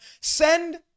send